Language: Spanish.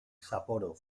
sapporo